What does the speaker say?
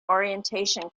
orientation